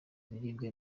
ibiribwa